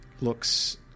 looks